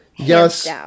Yes